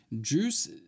Juice